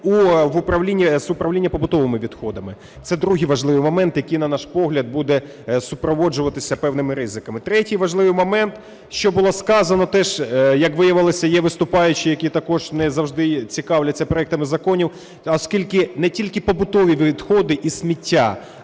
з управління побутовими відходами. Це другий важливий момент, який, на наш погляд, буде супроводжуватися певними ризиками. Третій важливий момент, що було сказано. Теж, як виявилося, є виступаючі, які також не завжди цікавляться проектами законів, оскільки не тільки побутові відходи і сміття,